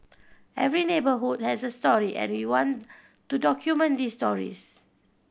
every neighbourhood has a story and we want to document these stories